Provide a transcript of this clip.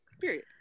period